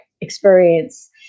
experience